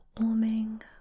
warming